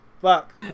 Fuck